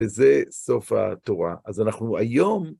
וזה סוף התורה. אז אנחנו היום...